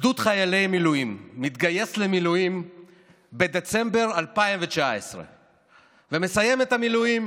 גדוד חיילי מילואים מתגייס למילואים בדצמבר 2019 ומסיים את המילואים